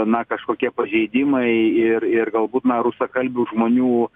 na kažkokie pažeidimai ir ir galbūt na rusakalbių žmonių